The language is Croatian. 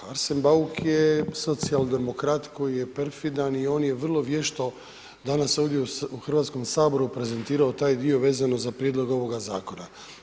Arsen Bauk je socijaldemokrat koji je perfidan i on je vrlo vješto danas ovdje u Hrvatskom saboru prezentirao taj dio vezano za prijedlog ovoga zakona.